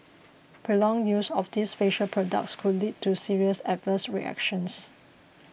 prolonged use of these facial products could lead to serious adverse reactions